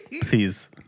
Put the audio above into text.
Please